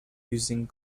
using